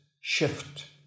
shift